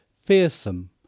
fearsome